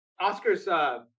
Oscar's